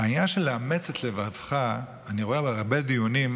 העניין של לאמץ את לבבך, אני רואה הרבה דיונים,